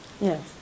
Yes